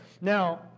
Now